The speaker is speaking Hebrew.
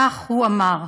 כך הוא אמר.